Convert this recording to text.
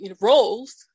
roles